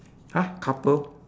!huh! couple